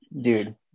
dude